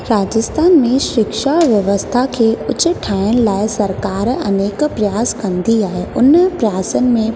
राजस्थान में शिक्षा व्यवस्था खे कुझु ठाहिण लाइ सरकार अनेक प्रयास कंदी आहे उन प्रयास में